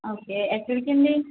okay ఎక్కడికండి